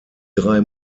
drei